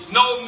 no